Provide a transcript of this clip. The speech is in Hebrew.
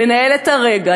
לנהל את הרגע,